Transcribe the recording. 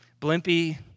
Blimpy